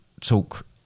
talk